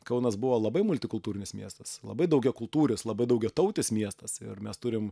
kaunas buvo labai multikultūrinis miestas labai daugiakultūris labai daugiatautis miestas ir mes turim